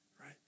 right